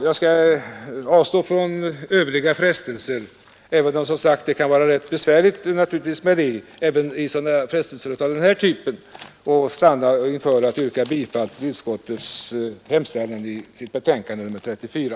Jag skall avstå från övriga frestelser, även om det som bekant kan vara rätt besvärligt — även med frestelser av den här typen — och sluta med att yrka bifall till utskottets hemställan i dess betänkande nr 34.